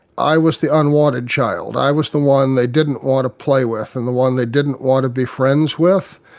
i was the unwanted child, i was the one they didn't want to play with and the one they didn't want to be friends with.